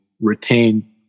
retain